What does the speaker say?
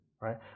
right